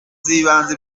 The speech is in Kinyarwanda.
z’ibanze